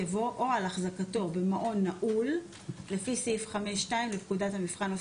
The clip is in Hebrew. יבוא "או על החזקתו במעון נעול לפי סעיף 5(2) לפקודת המבחן ,